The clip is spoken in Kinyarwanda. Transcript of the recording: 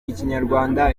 ikinyarwanda